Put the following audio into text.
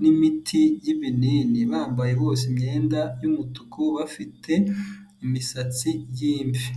n'imiti y'ibinini. Bambaye bose imyenda y'umutuku, bafite imisatsi y'imvi.